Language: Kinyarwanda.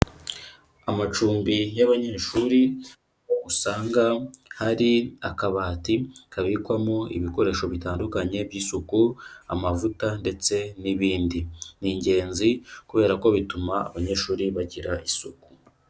Amacumbi y'abanyeshuri, usanga hari akabati kabikwamo ibikoresho bitandukanye by'isuku, amavuta ndetse n'ibindi. Ni ingenzi kubera ko bituma abanyeshuri bagira isuku.